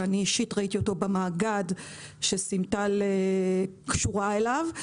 ואני אישית ראיתי אותו יושב במאגד שסימטל קשורה אליו,